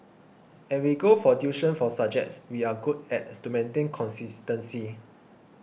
and we go for tuition for subjects we are good at to maintain consistency